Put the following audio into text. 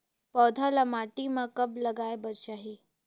पौधा ल माटी म कब लगाए बर चाही?